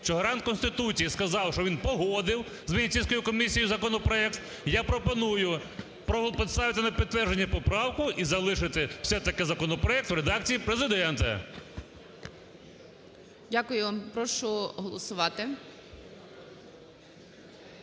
що гарант Конституції сказав, що він погодив з Венеційською комісією законопроект, я пропоную поставити на підтвердження поправку і залишити все-таки законопроект в редакції Президента. ГОЛОВУЮЧИЙ. Дякую. Прошу голосувати.